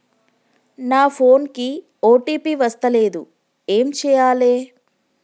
నా ఫోన్ కి ఓ.టీ.పి వస్తలేదు ఏం చేయాలే?